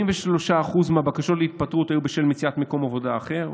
43% מהבקשות להתפטרות היו בשל מציאת מקום עבודה אחר,